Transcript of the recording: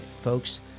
Folks